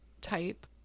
type